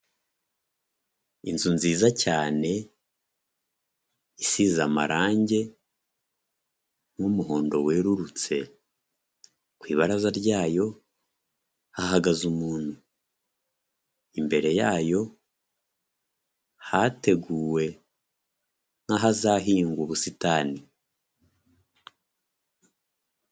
Inzu nziza cyane, isize amarangi, nk'umuhondo werurutse ku ibaraza ryayo hahagaze umuntu, imbere yayo hateguwe nk'ahazahingwa ubusitani.